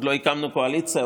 עוד לא הקמנו קואליציה,